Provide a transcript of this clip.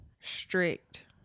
strict